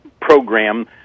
program